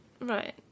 Right